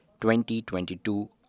2022